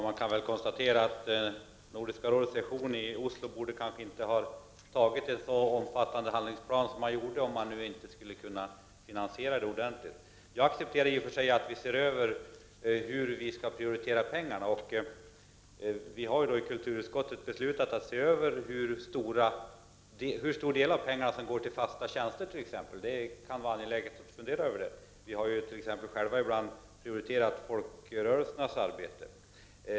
Herr talman! På Nordiska rådets session i Oslo borde man kanske inte ha fattat beslut om en så omfattande handlingsplan som man gjorde om det inte är möjligt att finansiera den ordentligt. Jag accepterar i och för sig att prioriteringen av pengarna ses över. Vi i Nordiska rådets kulturutskott har fattat beslut om en översyn av hur stor del av pengarna som går till t.ex. fasta tjänster. Det kan vara bra att få reda på det. I Sverige har vi ju ibland prioriterat folkrörelsernas arbete.